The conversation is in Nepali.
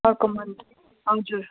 अर्को मन्थ हजुर